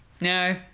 no